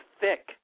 thick